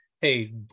hey